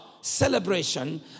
celebration